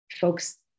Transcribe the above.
folks